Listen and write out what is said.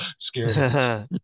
scary